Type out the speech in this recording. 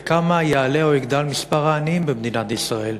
בכמה יעלה או יגדל מספר העניים במדינת ישראל?